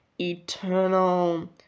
eternal